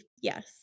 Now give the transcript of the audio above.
yes